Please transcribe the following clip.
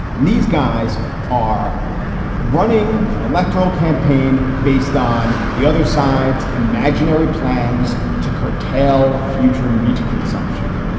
and these guys are running an electoral campaign based on the other side's imaginary plans to curtail future meat consumption.